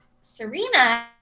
Serena